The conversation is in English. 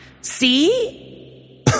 See